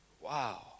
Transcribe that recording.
Wow